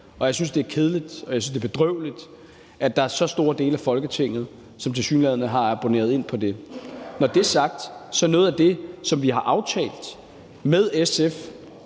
og jeg synes, det er bedrøveligt, at der er så store dele af Folketinget, som tilsyneladende abonnerer på det. Når det er sagt, vil jeg sige, at noget af det, som vi har aftalt med SF,